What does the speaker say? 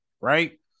right